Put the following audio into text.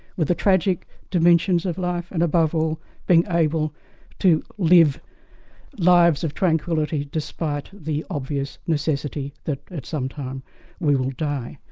with the tragic dimensions of life, and above all being able to live lives of tranquillity despite the obvious necessity that at some time we will die.